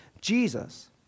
Jesus